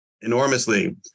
enormously